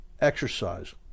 exercise